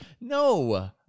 No